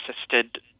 assisted